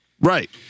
Right